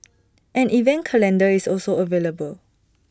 an event calendar is also available